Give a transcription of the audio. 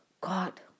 God